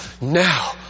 Now